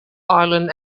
ireland